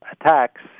attacks